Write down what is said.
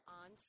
on